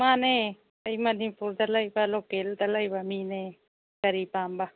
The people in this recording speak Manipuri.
ꯃꯥꯅꯦ ꯑꯩ ꯃꯅꯤꯄꯨꯔꯗ ꯂꯩꯕ ꯂꯣꯀꯦꯜꯗ ꯂꯩꯕ ꯃꯤꯅꯦ ꯀꯔꯤ ꯄꯥꯝꯕ